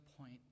point